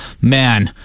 man